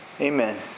Amen